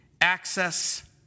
access